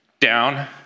Down